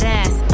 ass